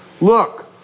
Look